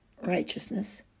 righteousness